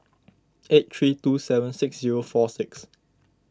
eight three two seven six zero four six